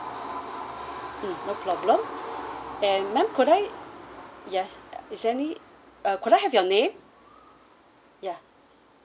mm no problem and ma'am could I yes is there any uh could I have your name ya